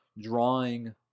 drawing